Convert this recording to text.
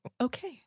okay